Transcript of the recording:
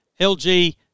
LG